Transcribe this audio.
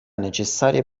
necessarie